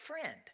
friend